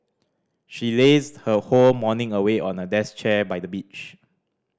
she lazed her whole morning away on a desk chair by the beach